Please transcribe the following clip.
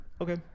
Okay